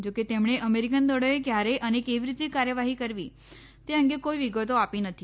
ોકે તેમણે અમેરિકન દળોએ ક્યારે અને કેવી રીતે કાર્યવાહી કરવી તે અંગે કોઈ વિગતો આપી નથી